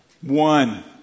One